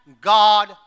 God